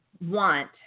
want